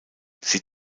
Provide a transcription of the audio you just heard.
sie